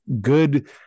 good